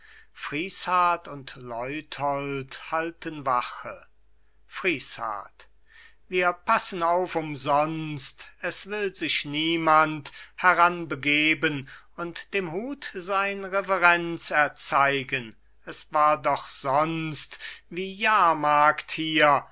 und leuthold halten wache friesshardt wir passen auf umsonst es will sich niemand heranbegeben und dem hut sein reverenz erzeigen s war doch sonst wie jahrmarkt hier